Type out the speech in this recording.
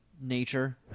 nature